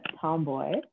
tomboy